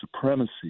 supremacy